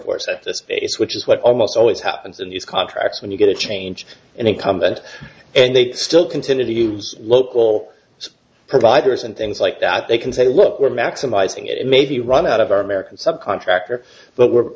pace which is what almost always happens in these contracts when you get a change an incumbent and they still continue to use local providers and things like that they can say look we're maximizing it and maybe run out of our american subcontractor but we're